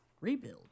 rebuild